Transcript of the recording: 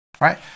Right